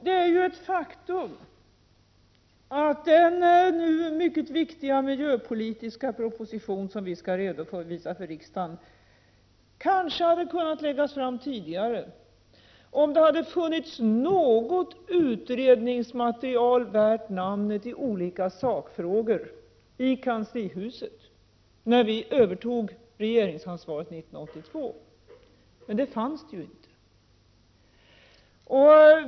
Det är ju ett faktum att den mycket viktiga miljöpolitiska proposition som vi skall redovisa för riksdagen hade kunnat läggas fram tidigare, om det i kanslihuset hade funnits något utredningsmaterial värt namnet i olika sakfrågor, när vi övertog regeringsansvaret 1982. Men det fanns det ju inte.